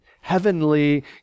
heavenly